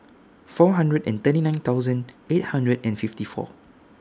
four hundred and thirty nine thousand eight hundred and fifty four